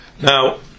now